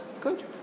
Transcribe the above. Good